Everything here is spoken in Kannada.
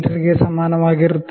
ಗೆ ಸಮಾನವಾಗಿರುತ್ತದೆ